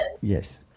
Yes